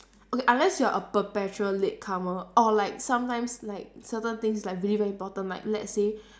okay unless you are a perpetual latecomer or like sometimes like certain things like really very important like let's say